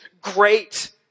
Great